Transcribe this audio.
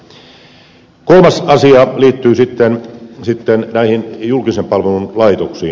kolmas asia liittyy näihin julkisen palvelun laitoksiin